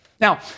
Now